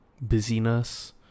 busyness